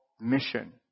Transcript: mission